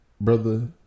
Brother